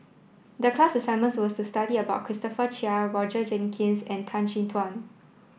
the class assignment was to study about Christopher Chia Roger Jenkins and Tan Chin Tuan